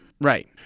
Right